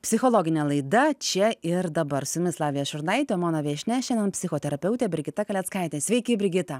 psichologinė laida čia ir dabar su jumis lavija šurnaitė o mano viešnia šiandien psichoterapeutė brigita kaleckaitė sveiki brigita